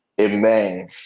amen